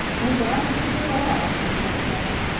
undoubtedly there are, i said,